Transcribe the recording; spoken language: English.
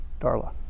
Darla